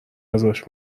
ازش